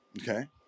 Okay